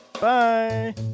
Bye